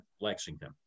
Lexington